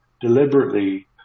deliberately